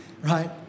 right